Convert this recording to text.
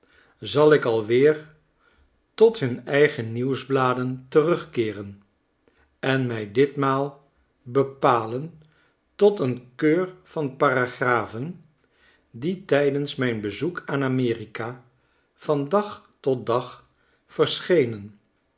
zal ik alweer tot hun eigen nieuwsbladen terugkeeren en mij ditmaal bcpalen tot een keur van paragrafen die ttjdens mijn bezoek aan amerika van dag tot dag verschenen